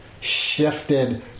shifted